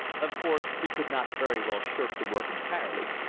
of course he could not very well shirk the work entirely,